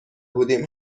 بودیم